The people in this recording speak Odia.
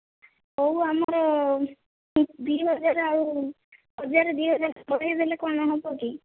ହଁ ହେଉ ଆମର ଦୁଇ ହଜାର ଆଉ ହଜାର ଦୁଇ ହଜାର ବଢ଼େଇ ଦେଲେ କ'ଣ ହେବ କି